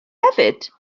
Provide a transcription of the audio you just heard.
hefyd